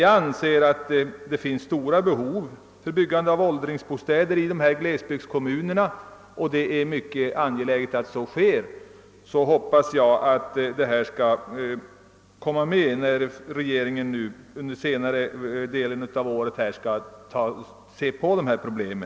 Jag anser att det föreligger stora behov när det gäller byggande av åldringsbostäder i glesbygdskommunerna, och det är mycket angeläget att dessa behov också tillgodoses. Jag hoppas att detta tas i beaktande när regeringen under senare delen av detta år skall behandla dessa problem.